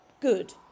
good